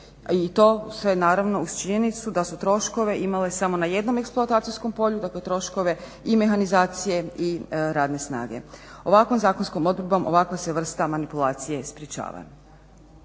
I to sve naravno uz činjenicu da su troškove imale samo na jednom eksploatacijskom polju, dakle troškove i mehanizacije i radne snage. Ovakvom zakonskom odredbom ovakva se vrsta manipulacije sprječava.